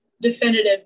definitive